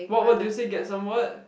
what what did you say get some what